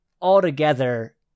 altogether